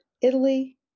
Italy